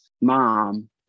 mom